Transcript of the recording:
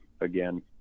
again